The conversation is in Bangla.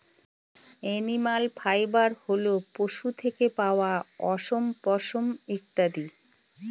এনিম্যাল ফাইবার হল পশু থেকে পাওয়া অশম, পশম ইত্যাদি